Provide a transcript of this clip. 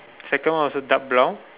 second one also dark brown